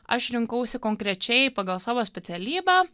aš rinkausi konkrečiai pagal savo specialybę